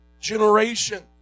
generation